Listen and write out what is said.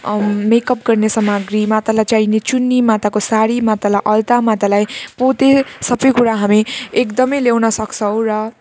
makeup गर्ने सामग्री मातालाई चाहिने चुन्नी माताको साडी मातालाई अलता मातालाई पोते सबै कुरा हामी एकदमै ल्याउनसक्छौँ र